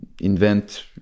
invent